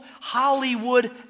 Hollywood